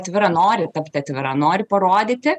atvira nori tapti atvira nori parodyti